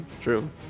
True